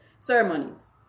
ceremonies